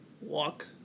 walk